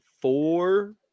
four